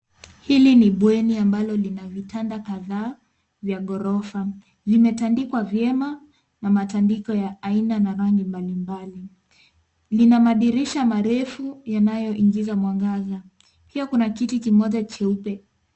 Hili ni bweni ambalo lina vitanda kadhaa vya ghorofa. Vimetandikwa vyema na matandiko ya aina na rangi mbali mbali. Lina madirisha marefu yanayoingiza mwangaza. Pia kuna kiti kimoja cheupe.